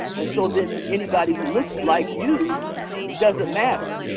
and so then anybody who looks like you doesn't matter.